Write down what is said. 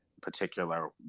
particular